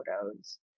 photos